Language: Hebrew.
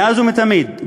מאז ומתמיד,